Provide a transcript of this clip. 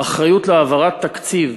האחריות להעברת תקציב